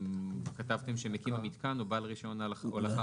כתבתם ש"מקים המיתקן או בעל רישיון ההולכה